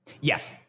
Yes